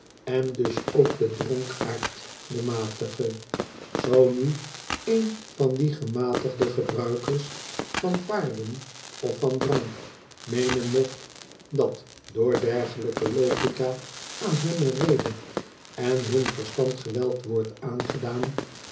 en dus ook de dronkaard den matige zoo nu een van die gematigde gebruikers van paarden of van drank meenen mocht dat door dergelijke logika aan hunne rede en hun verstand geweld wordt aangedaan